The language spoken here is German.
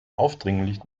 aufdringlich